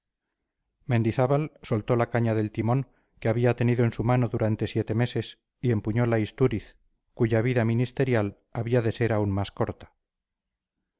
mendizábal soltó la caña del timón que había tenido en su mano durante siete meses y empuñola istúriz cuya vida ministerial había de ser aún más corta